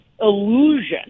illusion